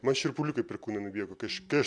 man šiurpuliukai per kūną nubėgo kai aš kai aš